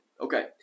Okay